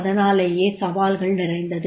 அதனாலேயே சவால்கள் நிறைந்தது